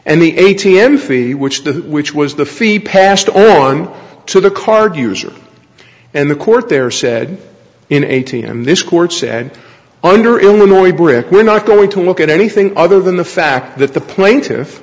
and the a t m fee which to which was the fee passed on to the card user and the court there said in eighteen and this court said under illinois brick we're not going to look at anything other than the fact that the plaintiff